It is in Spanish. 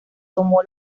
tomó